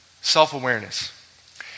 Self-awareness